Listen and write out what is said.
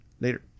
later